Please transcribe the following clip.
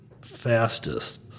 fastest